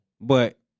But-